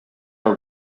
our